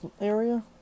area